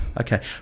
Okay